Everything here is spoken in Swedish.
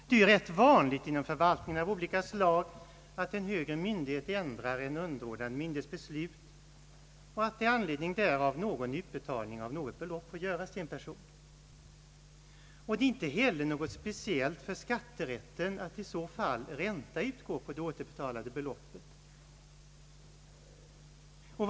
Det är rätt vanligt inom förvaltningar av olika slag att en högre myndighet ändrar en underordnad myndighets beslut och att en utbetalning av något belopp med anledning därav får göras till en person: Det är inte heller någonting: speciellt för skatterätten att ränta i så fall utgår på det återbetalade beloppet.